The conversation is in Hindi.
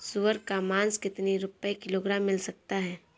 सुअर का मांस कितनी रुपय किलोग्राम मिल सकता है?